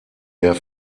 der